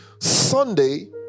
Sunday